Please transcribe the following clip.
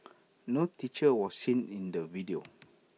no teacher was seen in the video